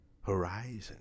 horizon